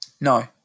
No